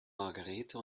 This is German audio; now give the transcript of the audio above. margarete